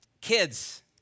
Kids